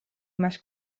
más